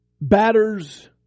batters